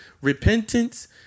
Repentance